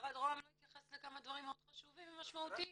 משרד רוה"מ לא התייחס לכמה דברים חשובים ומאוד משמעותיים.